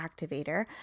activator